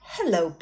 Hello